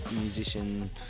musician